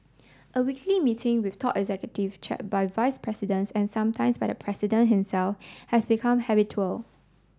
a weekly meeting with top executive chair by vice presidents and sometimes by the president himself has become habitual